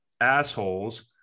assholes